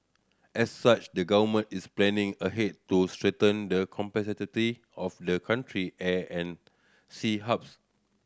as such the Government is planning ahead to strengthen the of the country air and sea hubs